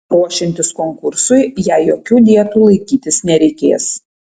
ruošiantis konkursui jai jokių dietų laikytis nereikės